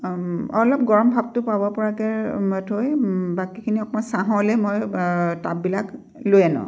অলপ গৰম ভাবটো পাব পৰাকৈ থৈ বাকীখিনি অকণমান ছাঁলৈ মই টাববিলাক লৈ আনোঁ